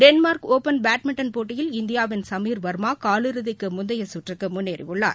Denmark open badminton போட்டியில் இந்தியாவின் சமீர் வர்மா காலிறதிக்கு முந்தைய சுற்றுக்கு முன்னேறியுள்ளார்